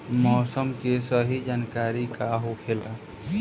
मौसम के सही जानकारी का होखेला?